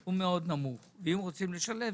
הוא מאוד נמוך ואם רוצים לשלב,